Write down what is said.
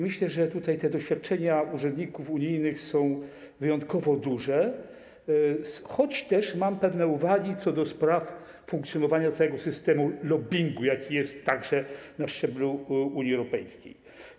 Myślę, że tutaj te doświadczenia urzędników unijnych są wyjątkowo duże, choć mam też pewne uwagi co do funkcjonowania całego systemu lobbingu, jaki jest także na szczeblu Unii Europejskiej.